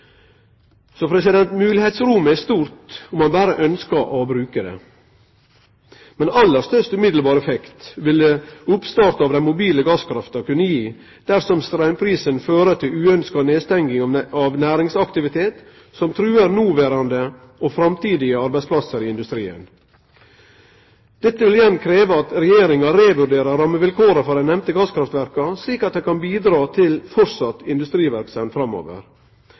er stort om ein berre ønskjer å bruke det. Men aller størst umiddelbar effekt ville oppstart av dei mobile gasskraftanlegga kunne gi dersom straumprisen fører til uønskt nedstenging av næringsaktivitet som truar noverande og framtidige arbeidsplassar i industrien. Dette ville igjen krevje at Regjeringa revurderer rammevilkåra for dei nemnde gasskraftverka slik at dei kan bidra til industriverksemd framover.